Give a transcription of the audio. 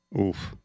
Oof